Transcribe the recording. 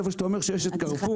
איפה שאתה אומר שיש את קרפור,